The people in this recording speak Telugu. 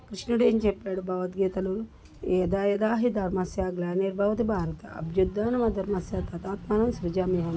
కృష్ణుడు ఏం చెప్పాడు భగవద్గీతలో యదా యదా హి ధర్మస్య గ్లానిర్ భవతి భారత అభ్యుత్థానం అధర్మస్య తదా ఆత్మానం సృజామి అహం